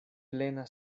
plena